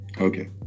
Okay